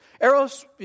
Eros